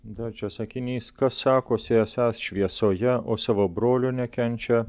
dar čia sakinys kas sakosi esąs šviesoje o savo brolio nekenčia